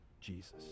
Jesus